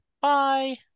Bye